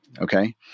Okay